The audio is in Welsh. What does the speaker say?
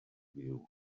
fyw